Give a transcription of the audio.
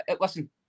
listen